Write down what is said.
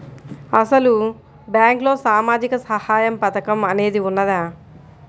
అసలు బ్యాంక్లో సామాజిక సహాయం పథకం అనేది వున్నదా?